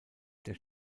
der